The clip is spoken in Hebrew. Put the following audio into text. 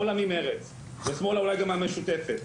שמאלה ממרץ ושמאלה אולי גם מהמשותפת,